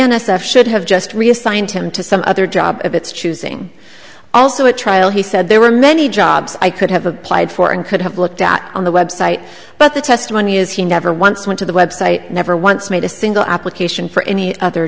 f should have just reassigned him to some other job of its choosing also a trial he said there were many jobs i could have applied for and could have looked at on the website but the testimony is he never once went to the website never once made a single application for any other